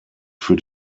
für